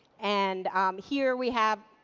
and here, we have